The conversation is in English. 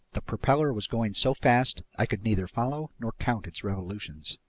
the propeller was going so fast i could neither follow nor count its revolutions.